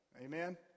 Amen